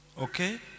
Okay